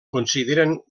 consideren